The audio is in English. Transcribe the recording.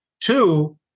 Two